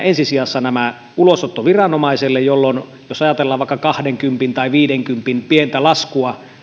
ensi sijassa ulosottoviranomaiselle jolloin jos ajatellaan vaikka kahdenkympin tai viidenkympin pientä laskua